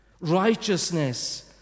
Righteousness